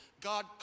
God